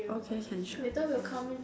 okay can sure